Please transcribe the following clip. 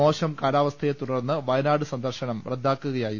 മോശം കാലാവസ്ഥയെ തുടർന്ന് വയനാട് സന്ദർശനം റദ്ദാ ക്കുകയായിരുന്നു